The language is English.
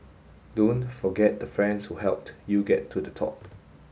don't forget the friends who helped you get to the top